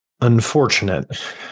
unfortunate